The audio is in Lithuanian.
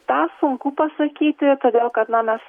tą sunku pasakyti todėl kad na mes